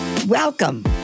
Welcome